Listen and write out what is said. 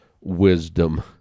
wisdom